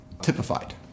typified